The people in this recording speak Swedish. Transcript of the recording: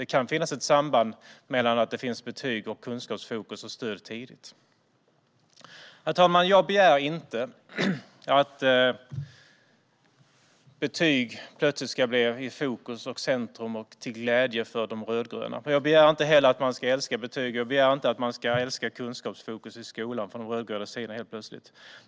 Det kan finnas ett samband mellan betyg och kunskapsfokus och stöd tidigt. Herr talman! Jag begär inte att betyg plötsligt ska bli fokus och centrum och till glädje för de rödgröna. Jag begär inte heller att de rödgröna helt plötsligt ska älska betyg eller kunskapsfokus i skolan.